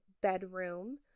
bedroom